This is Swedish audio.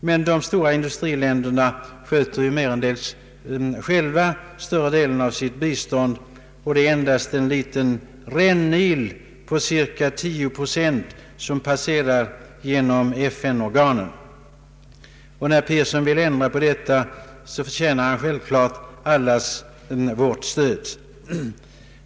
Men de stora industriländerna sköter ju merendels själva större delen av sitt bistånd, och det är endast en liten rännil på cirka 10 procent som passerar genom FN-organen. När Pearson vill ändra på detta förtjänar han självfallet allas vårt stöd.